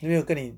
没有跟你